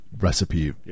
recipe